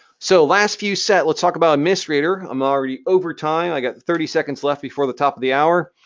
so, last few sets. let's talk about administrator. i'm already over time. i've got thirty seconds left before the top of the hour.